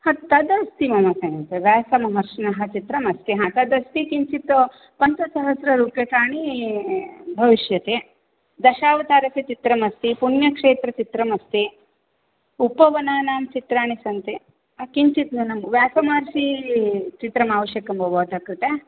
तदस्ति मम समीपे व्यासमहर्षिणः चित्रमस्ति हा तदस्ति किञ्चित् पञ्चसहस्ररूप्यकाणि भविष्यति दशावतारस्य चित्रमस्ति पुण्यक्षेत्रचित्रमस्ति उपवनानां चित्राणि सन्ति किञ्चित् न्यूनं व्यायमहर्षिचित्रम् आवश्यकं भवतः कृते